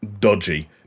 dodgy